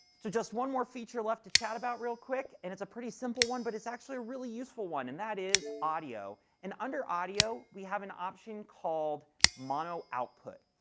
just one more feature left to chat about real quick, and it's a pretty simple one, but it's actually a really useful one, and that is audio. and under audio, we have an option called mono output.